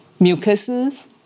mucuses